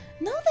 No